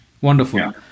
Wonderful